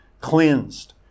cleansed